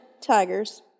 Tigers